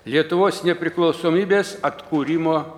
lietuvos nepriklausomybės atkūrimo